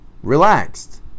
Relaxed